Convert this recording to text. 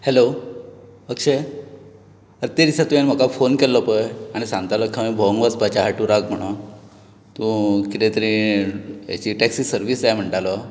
hello Akshay ते दिसा तुवें म्हाका फोन केल्लो पळय आनी सांगतालो खंय भोवोंक वचपाचें आहा टुराक म्हणून तूं कितें तरी हेची टॅक्सी सर्वीस जाय म्हणटालो